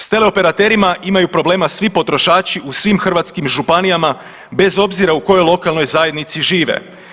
S teleoperaterima imaju problema svi potrošači u svim hrvatskim županijama bez obzira u kojoj lokalnoj zajednici žive.